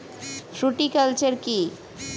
Fruticulture কী?